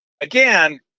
again